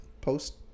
post